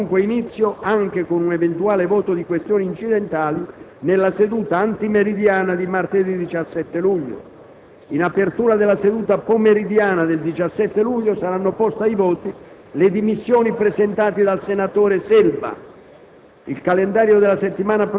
La discussione generale avrà comunque inizio, anche con un eventuale voto di questioni incidentali, nella seduta antimeridiana di martedì 17 luglio. In apertura della seduta pomeridiana del 17 luglio, saranno poste ai voti le dimissioni presentate dal senatore Selva.